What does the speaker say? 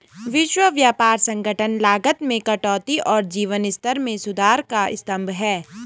विश्व व्यापार संगठन लागत में कटौती और जीवन स्तर में सुधार का स्तंभ है